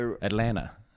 Atlanta